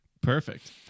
Perfect